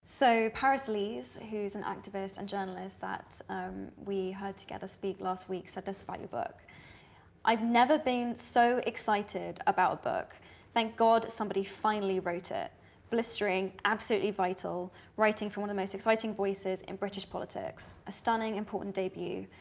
so paris lees who's an activist and journalist that we heard together speak last week said this about your book i've never been so excited about a book thank god somebody finally wrote it blistering absolutely vital writing from all the most exciting voices in british politics a stunning important debut.